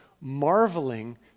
marveling